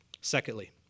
Secondly